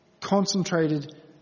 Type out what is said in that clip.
concentrated